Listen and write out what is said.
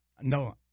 no